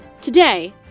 Today